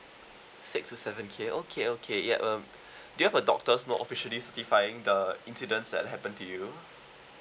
six to seven K okay okay ya uh do you have a doctor's you know officially certifying the incident that happen to you